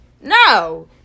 No